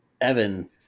Evan